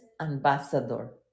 ambassador